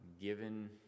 given